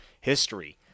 history